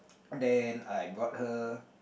then I got her